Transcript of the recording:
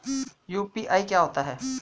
UPI क्या होता है?